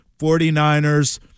49ers